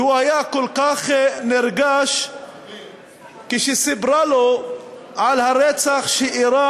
והוא היה כל כך נרגש כשהיא סיפרה לו על הרצח שאירע